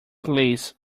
please